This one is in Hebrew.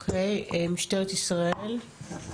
אוקיי, משטרת ישראל, בבקשה.